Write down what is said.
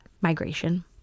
migration